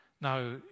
Now